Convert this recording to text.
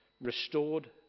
restored